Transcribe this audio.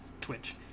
Twitch